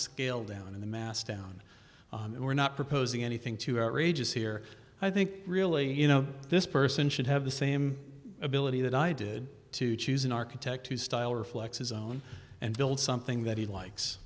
scale down in the mass down we're not proposing anything too outrageous here i think really you know this person should have the same ability that i did to choose an architect whose style reflects his own and build something that he likes